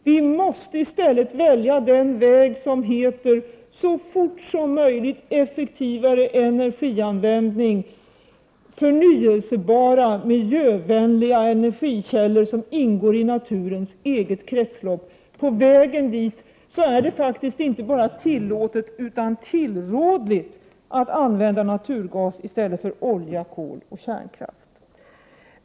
Vi måste i stället välja den väg som innebär: så snart som möjligt effektivare energianvändning, förnybara, miljövänliga energikällor som ingår i naturens eget kretslopp. Dessförinnan är det inte bara tillåtet utan tillrådligt att använda naturgas i stället för olja och kol och kärnkraft.